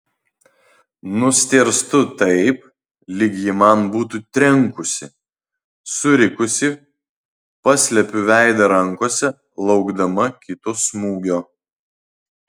nustėrstu taip lyg ji man būtų trenkusi surikusi paslepiu veidą rankose laukdama kito smūgio